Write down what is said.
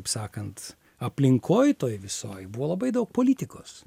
kaip sakant aplinkoj toj visoj buvo labai daug politikos